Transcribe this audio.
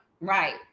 Right